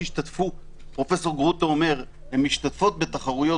פרופ' גרוטו אומר: הן משתתפות בתחרויות